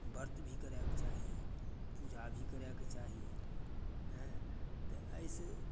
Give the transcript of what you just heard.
व्रत भी करयके चाही पूजा भी करयके चाही हँ तऽ अइसँ